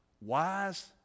wise